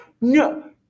No